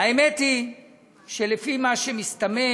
האמת היא שלפי מה שמסתמן,